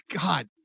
God